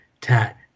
tat